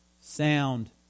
sound